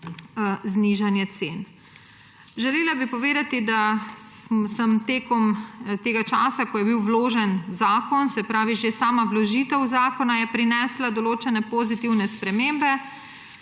znižanje cen. Želela bi povedati, da je v tem času, ko je bil vložen zakon, že sama vložitev zakona prinesla določena pozitivne spremembe.